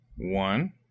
one